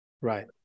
Right